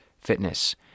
fitness